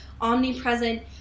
omnipresent